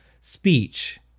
speech